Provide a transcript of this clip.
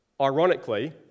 Ironically